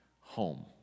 home